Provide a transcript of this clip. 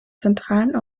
zentralen